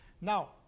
Now